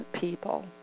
people